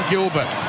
Gilbert